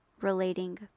relating